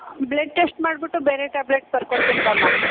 blood test ಮಾಡಿಬಿಟ್ಟು ಬೇರೆ tablet ಬರ್ಕೊಡ್ತಿನಿ ಬಾಮ್ಮ